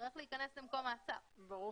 אבל הוא יצטרך להיכנס למקום מעצר.